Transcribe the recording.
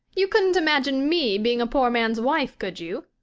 you couldn't imagine me being a poor man's wife, could you?